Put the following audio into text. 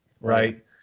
Right